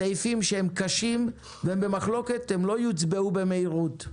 סעיפים שהם קשים והם במחלוקת לא נצביע עליהם במהירות.